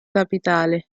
capitale